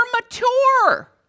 mature